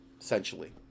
essentially